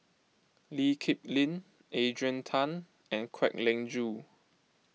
Lee Kip Lin Adrian Tan and Kwek Leng Joo